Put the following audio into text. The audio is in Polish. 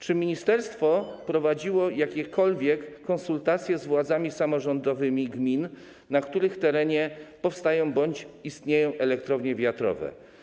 Czy ministerstwo prowadziło jakiekolwiek konsultacje z władzami samorządowymi gmin, na których terenie powstają bądź istnieją elektrownie wiatrowe?